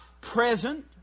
present